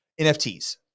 nfts